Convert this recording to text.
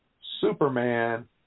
Superman